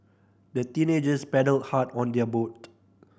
the teenagers paddled hard on their boat